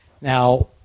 Now